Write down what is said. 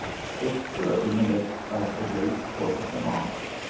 it stood in the midst of the great court of the mosque,